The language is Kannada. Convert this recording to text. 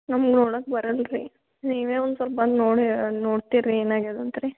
ನಮ್ಗೆ ನೋಡೋಕೆ ಬರಲ್ಲ ರೀ ನೀವೇ ಒಂದ್ ಸ್ವಲ್ಪ ಬಂದು ನೋಡಿ ಹೇ ನೋಡ್ತೀರ ರೀ ಏನಾಗಿದೆ ಅಂತ ರೀ